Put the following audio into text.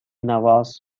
nawaz